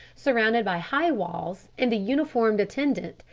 surrounded by high walls, and the uniformed attendant,